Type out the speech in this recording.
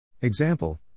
Example